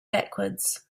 backwards